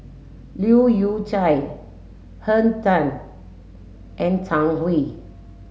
Leu Yew Chye Henn Tan and Zhang Hui